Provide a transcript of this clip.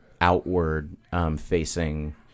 outward-facing